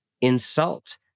insult